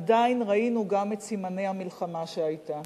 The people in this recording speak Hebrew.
עדיין ראינו גם את סימני המלחמה שהיתה,